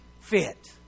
fit